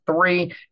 three